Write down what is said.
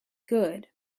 good